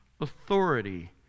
authority